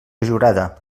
jurada